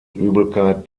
übelkeit